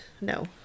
No